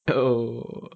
oh